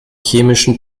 chemischen